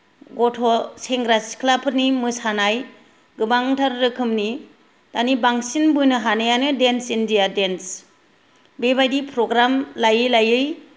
गथ' सेंग्रा सिख्लाफोरनि मोसानाय गोबांथार रोखोमनि दानि बांसिन बोनो हानायानो देन्स इण्डिया देन्स बेबायदि प्रग्राम लायै लायै